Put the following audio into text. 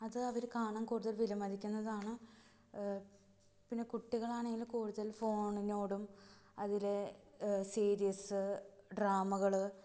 അത് അവര് കാണാൻ കൂടുതല് വിലമതിക്കുന്നതാണ് പിന്നെ കുട്ടികളാണേൽ കൂടുതൽ ഫോണിനോടും അതിലെ സീരീസ്സ് ഡ്രാമകള്